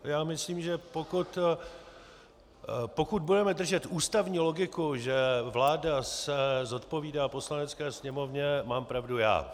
Já myslím, že pokud budeme držet ústavní logiku, že vláda se zodpovídá Poslanecké sněmovně, mám pravdu já.